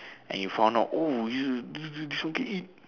and you found out oh it's good to eat